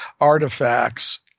artifacts